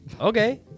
okay